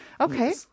Okay